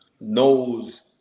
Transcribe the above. knows